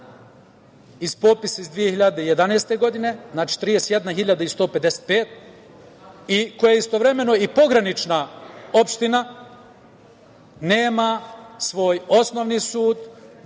iz popisa iz 2011. godine, znači 31.155 i koja je istovremeno i pogranična opština, nema svoj osnovni sud,